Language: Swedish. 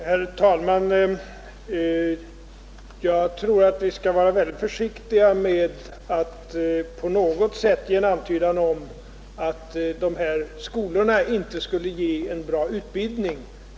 Herr talman! Jag anser att vi skall vara väldigt försiktiga med att på något sätt ge en antydan om att de här skolorna inte skulle ge en bra utbildning.